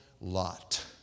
lot